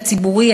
הציבורי,